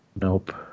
Nope